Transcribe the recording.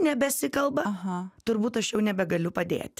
nebesikalba turbūt aš jau nebegaliu padėti